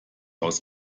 aus